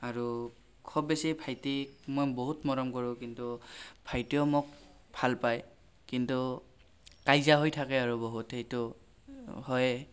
আৰু খুব বেছি ভাইটিক মই বহুত মৰম কৰোঁ কিন্তু ভাইটিও মোক ভাল পায় কিন্তু কাজিয়া হৈ থাকে আৰু বহুত সেইটো হয়েই